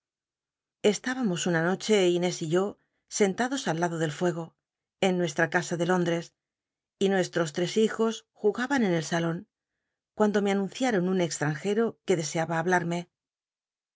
estübamos una noche inés y yo sentados al lado del fuego en nuestra casa de lóndrcs y nueshos tes hijos jugaban en el salón cuando me anunciaron un extmnjero que deseaba hablarme